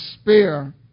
spare